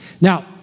Now